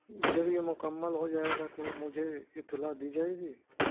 جب یہ مکمل ہو جائے گا تو مجھے اطلاع دی جائے گی